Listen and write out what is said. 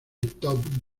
top